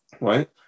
right